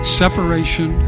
separation